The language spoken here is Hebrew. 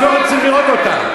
רק לא רוצים לראות אותה.